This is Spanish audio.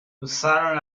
usaron